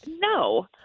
No